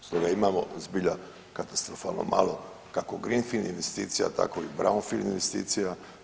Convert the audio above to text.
Stoga imamo zbilja katastrofalno malo kako greenfield investicija, tako i brownfield investicija.